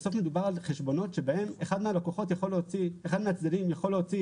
בסוף מדובר על חשבונות בהם אחד מהצדדים יכול להוציא